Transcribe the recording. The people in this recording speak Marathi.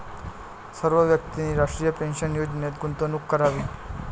सर्व व्यक्तींनी राष्ट्रीय पेन्शन योजनेत गुंतवणूक करावी